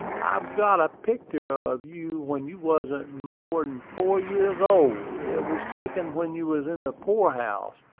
i've got a picter of you when you wasn't more'n four year old. it was taken when you was in the poor-house,